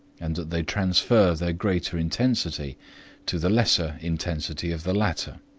and that they transfer their greater intensity to the lesser intensity of the latter.